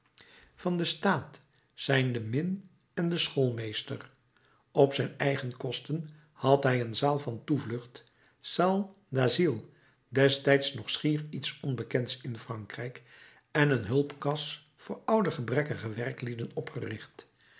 van den staat zijn de min en de schoolmeester op zijn eigen kosten had hij een zaal van toevlucht salle d'asile destijds nog schier iets onbekends in frankrijk en een hulpkas voor oude gebrekkige werklieden opgericht